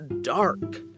dark